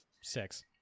six